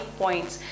points